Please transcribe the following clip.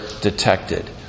detected